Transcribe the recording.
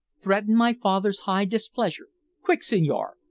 threaten my father's high displeasure quick, senhor,